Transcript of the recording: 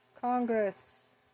Congress